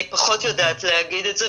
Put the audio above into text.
אני פחות יודעת להגיד את זה,